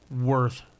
worth